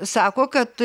sako kad